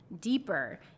deeper